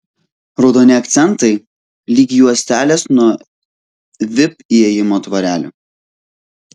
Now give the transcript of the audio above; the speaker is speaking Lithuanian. raudoni akcentai lyg juostelės nuo vip įėjimo tvorelių